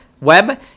web